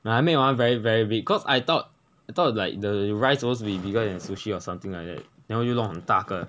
ya I made my one very very big because I thought I thought like the rice supposed to be bigger than the sushi or something like that then 就弄很大个